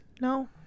No